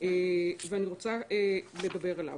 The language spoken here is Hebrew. ואני רוצה לדבר עליו.